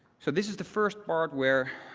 so this is the first part where